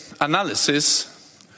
analysis